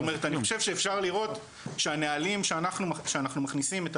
זאת אומרת אני חושב שאפשר לראות שהנהלים שאנחנו מכניסים את